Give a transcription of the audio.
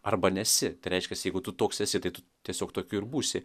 arba nesi tai reiškias jeigu tu toks esi tai tu tiesiog tokiu ir būsi